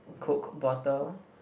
coke bottle